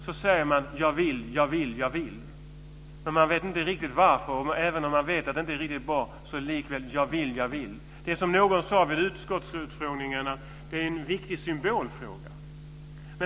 Man säger: Jag vill, jag vill, jag vill! Men man vet inte riktigt varför. Även om man vet att det inte är riktigt bra säger man: Jag vill! Någon sade vid utskottsutfrågningen att det är en viktig symbolfråga.